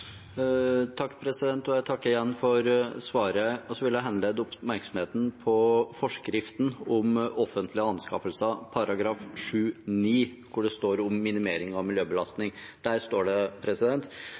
Jeg takker igjen for svaret. Så vil jeg henlede oppmerksomheten på forskrift om offentlige anskaffelser § 7-9, der det står om minimering av